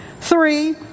Three